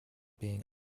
being